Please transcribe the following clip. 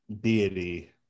deity